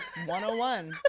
101